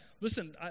Listen